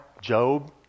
Job